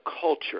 culture